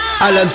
Alan